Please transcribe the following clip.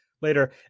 later